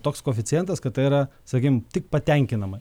toks koeficientas kad tai yra sakykim tik patenkinamai